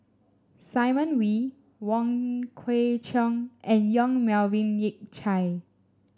Simon Wee Wong Kwei Cheong and Yong Melvin Yik Chye